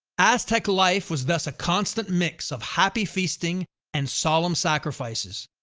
aztec life was thus a constant mix of happy feasting and solemn sacrifices.